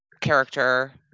character